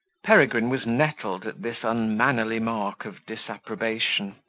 peregrine was nettled at this unmannerly mark of disapprobation,